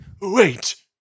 wait